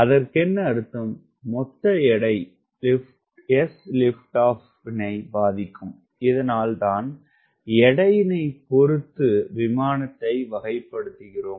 அதற்கென்ன அர்த்தம் மொத்த எடை sLO -னை பாதிக்கும் இதனால் தான் எடையினை பொருத்து விமானத்தை வகைப்படுத்துகிறோம்